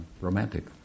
romantic